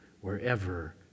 wherever